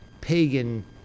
pagan